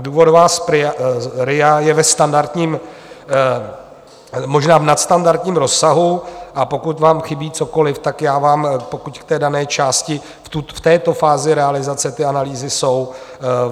Důvodová RIA je ve standardním, možná v nadstandardním rozsahu, a pokud vám chybí cokoliv, tak já vám, pokud v té dané části v této fázi realizace ty analýzy jsou,